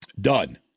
Done